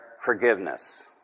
forgiveness